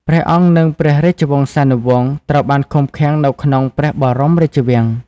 ព្រះអង្គ និងព្រះរាជវង្សានុវង្សត្រូវបានឃុំឃាំងនៅក្នុងព្រះបរមរាជវាំង។